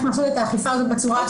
לעשות את האכיפה הזאת בצורה הטובה ביותר.